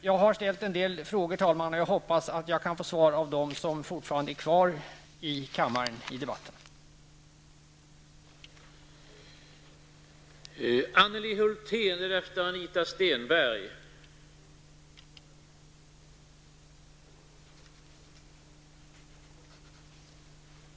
Jag har ställt en del frågor och jag hoppas att de som fortfarande är kvar i kammaren kan ge mig svar på dem.